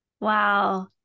Wow